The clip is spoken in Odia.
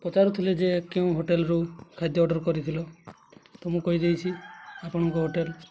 ପଚାରୁ ଥିଲେ ଯେ କେଉଁ ହୋଟେଲ୍ ରୁ ଖାଦ୍ୟ ଅର୍ଡ଼ର୍ କରିଥିଲ ତ ମୁଁ କହିଦେଇଛି ଆପଣଙ୍କ ହୋଟେଲ୍